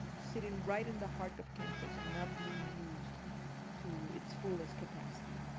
sitting right in the heart of campus, and not being used to its fullest capacity.